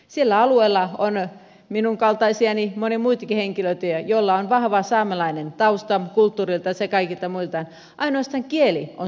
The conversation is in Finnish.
sillä alueella on minun kaltaisiani monia muitakin henkilöitä joilla on vahva saamelainen tausta kulttuuriltaan sekä kaikilta muilta osiltaan ainoastaan kieli on suomalaistettu